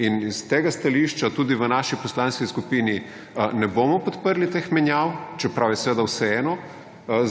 In s tega stališča tudi v naši poslanski skupini ne bomo podprli teh menjav, čeprav je seveda vseeno,